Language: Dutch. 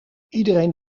iedereen